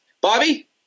Bobby